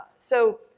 so,